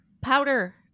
Powder